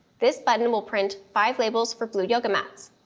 this button will print five labels for blue yoga mats.